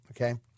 Okay